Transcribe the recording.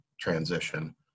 transition